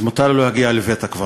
אז מותר לו להגיע לבית-הקברות.